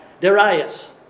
Darius